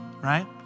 right